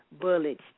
Bullets